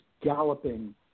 galloping